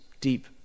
deep